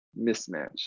mismatch